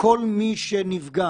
כל מי שנפגע